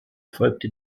folgte